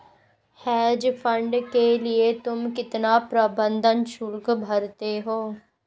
Hedge fund के लिए तुम कितना प्रबंधन शुल्क भरते हो?